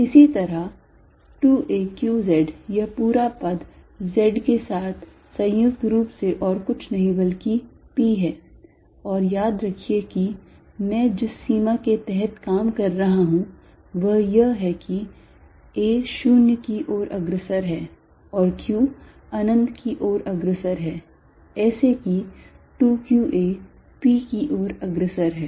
इसी तरह 2 a q z यह पूरा पद z के साथ संयुक्त रूप से और कुछ नहीं बल्कि p है और याद रखिए कि मैं जिस सीमा के तहत काम कर रहा हूं वह यह है कि a 0 की ओर अग्रसर है और q अनंत की ओर अग्रसर है ऐसे कि 2 qa p की ओर अग्रसर है